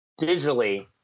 digitally